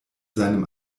seinem